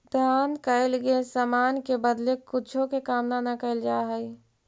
दान कैल समान के बदले कुछो के कामना न कैल जा हई